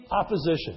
opposition